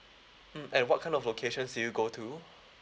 mm and what kind of locations do you go to